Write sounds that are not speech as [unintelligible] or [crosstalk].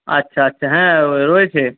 আচ্ছা আচ্ছা হ্যাঁ [unintelligible] রয়েছে